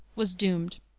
was doomed.